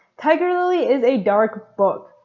tiger lily is a dark book,